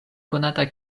konata